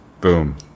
boom